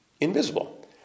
invisible